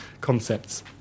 concepts